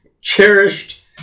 cherished